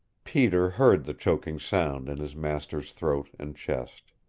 peter heard the choking sound in his master's throat and chest.